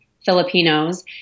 Filipinos